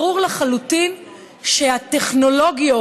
ברור לחלוטין שבטכנולוגיות,